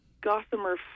Gossamer